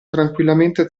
tranquillamente